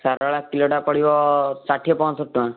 ଶାରଳା କିଲୋଟା ପଡ଼ିବ ଷାଠିଏ ପଈଁଷଠି ଟଙ୍କା